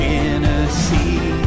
Tennessee